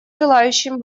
желающим